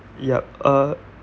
yup uh